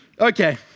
Okay